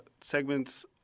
segments